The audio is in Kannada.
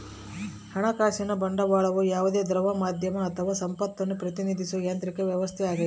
ಹಣಕಾಸಿನ ಬಂಡವಾಳವು ಯಾವುದೇ ದ್ರವ ಮಾಧ್ಯಮ ಅಥವಾ ಸಂಪತ್ತನ್ನು ಪ್ರತಿನಿಧಿಸೋ ಯಾಂತ್ರಿಕ ವ್ಯವಸ್ಥೆಯಾಗೈತಿ